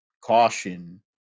caution